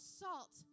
salt